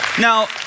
Now